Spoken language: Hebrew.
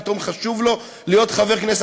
פתאום חשוב לו להיות חבר כנסת?